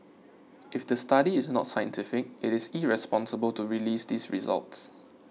if the study is not scientific it is irresponsible to release these results